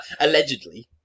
allegedly